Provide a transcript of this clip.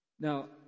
Now